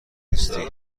نیستی